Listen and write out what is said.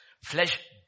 Flesh